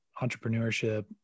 entrepreneurship